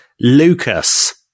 Lucas